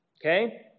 Okay